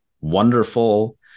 wonderful